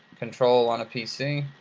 control on a pc.